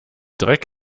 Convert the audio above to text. dreck